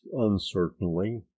uncertainly